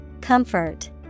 Comfort